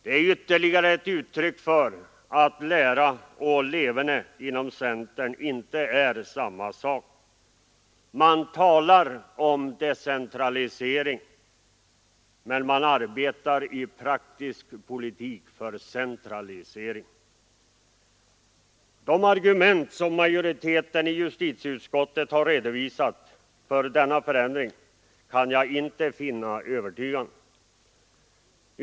Det är ytterligare ett uttryck för att lära och leverne inom centern inte är samma sak. Man talar om decentralisering, men man arbetar i praktisk politik för centralisering. De argument som majoriteten i justitieutskottet har redovisat för denna förändring kan jag inte finna övertygande.